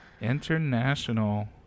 international